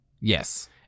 Yes